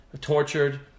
tortured